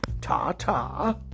Ta-ta